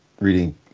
reading